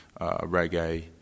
reggae